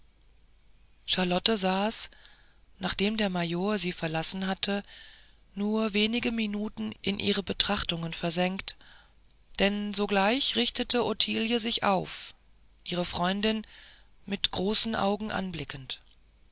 charlotte saß nachdem der major sie verlassen hatte nur wenige minuten in ihre betrachtungen versenkt denn sogleich richtete ottilie sich auf ihre freundin mit großen augen anblickend